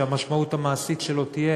שהמשמעות המעשית שלו תהיה